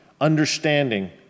understanding